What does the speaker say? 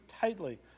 tightly